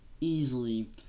easily